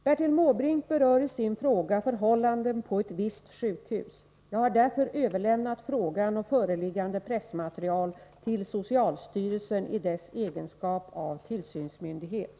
Bertil Måbrink berör i sin fråga förhållandena på ett visst sjukhus. Jag har därför överlämnat frågan och föreliggande pressmaterial till socialstyrelsen i dess egenskap av tillsynsmyndighet.